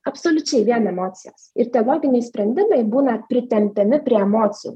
absoliučiai vien emocijos ir tie loginiai sprendimai būna pritempiami prie emocijų